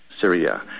Syria